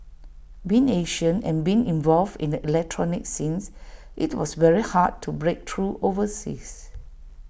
being Asian and being involved in the electronic scenes IT was very hard to break through overseas